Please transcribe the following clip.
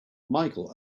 michael